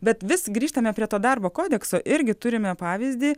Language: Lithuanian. bet vis grįžtame prie to darbo kodekso irgi turime pavyzdį